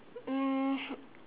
um